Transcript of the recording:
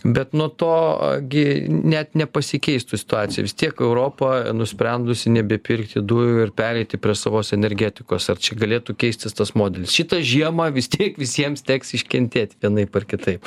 bet nuo to gi net nepasikeistų situacija vis tiek europa nusprendusi nebepirkti dujų ir pereiti prie savos energetikos ar čia galėtų keistis tas modelis šitą žiemą vis tiek visiems teks iškentėt vienaip ar kitaip